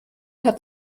hat